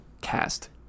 cast